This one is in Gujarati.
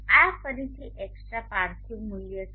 આ ફરીથી એક્સ્ટ્રા પાર્થિવ મૂલ્ય છે